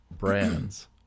brands